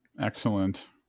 Excellent